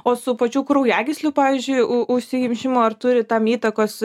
o su pačių kraujagyslių pavyzdžiui užsikimšimu ar turi tam įtakos